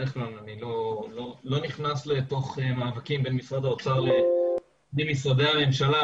בדרך כלל אני לא נכנס לתוך מאבקים בין משרד האוצר למשרדי הממשלה,